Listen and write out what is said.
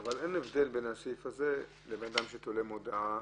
אין הבדל בין הסעיף הזה לבין אדם שתולה מודעה